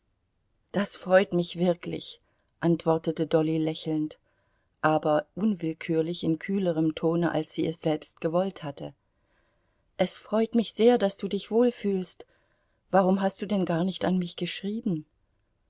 das freut mich wirklich antwortete dolly lächelnd aber unwillkürlich in kühlerem tone als sie es selbst gewollt hatte es freut mich sehr daß du dich wohl fühlst warum hast du denn gar nicht an mich geschrieben